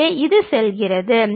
எனவே இது செல்கிறது